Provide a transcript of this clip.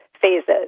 phases